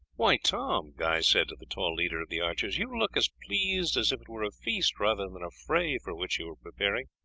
why, tom, guy said to the tall leader of the archers, you look as pleased as if it were a feast rather than a fray for which you were preparing.